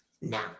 Now